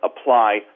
apply